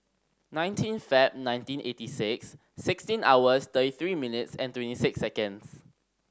nineteen Feb nineteen eighty six sixteen hours thirty three minutes and twenty six seconds